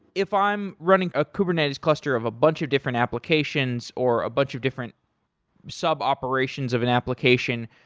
if i'm running a kubernetes cluster of a bunch of different applications or a bunch of different sub-operations of an application,